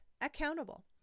accountable